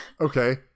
Okay